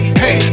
hey